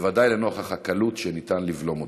בוודאי לנוכח הקלות שבה ניתן לבלום אותם.